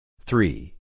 Three